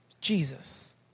Jesus